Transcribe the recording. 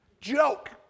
joke